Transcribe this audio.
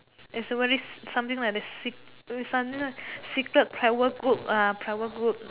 is very something like the seek something like secret private group ah private group